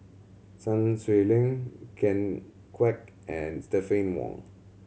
Sun Xueling Ken Kwek and Stephanie Wong